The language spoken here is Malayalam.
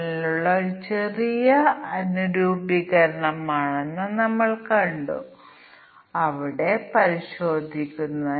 പരിഗണിക്കാതെ അത് ആഭ്യന്തരമായാലും അല്ലെങ്കിലും ഞങ്ങൾ സ mealsജന്യമോ ചാർജുള്ളതോ ആയ ഭക്ഷണം കഴിക്കുന്നില്ല